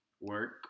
work